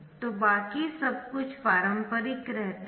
तो बाकी सब कुछ पारंपरिक रहता है